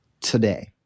today